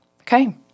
Okay